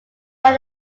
not